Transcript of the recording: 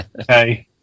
Okay